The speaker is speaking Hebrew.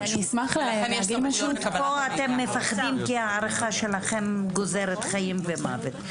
כאן אתם מפחדים כי ההערכה שלכם גוזרת חיים ומוות.